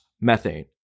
methane